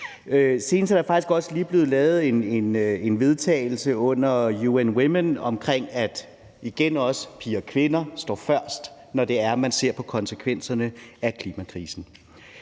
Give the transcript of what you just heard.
også lige blevet lavet en vedtagelse under UN Women om, at det er piger og kvinder, som rammes først, når man ser på konsekvenserne af klimakrisen.